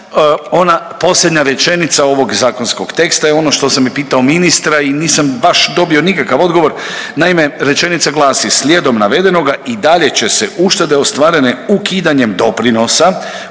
ona posljednja rečenica ovog zakonskog teksta je ono što sam i pitao ministra i nisam dobio baš nikakav odgovor. Naime rečenica glasi, slijedom navedenoga i dalje će se uštede ostvarene ukidanjem doprinosa